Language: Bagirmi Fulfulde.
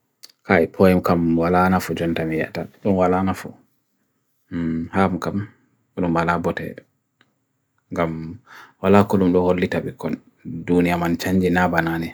kai poem kam walanafu jontami yatatun walanafu, ham kam bulun malabote gam walakulung do holi tabikon dunia man chanji nabanane.